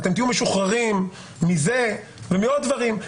אתם תהיו משוחררים מזה ומעוד דברים.